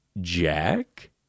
Jack